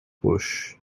bush